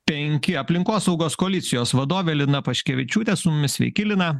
penki aplinkosaugos koalicijos vadovė lina paškevičiūtė su mumis sveiki lina